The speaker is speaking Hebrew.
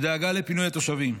בדאגה לפינוי התושבים,